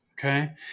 Okay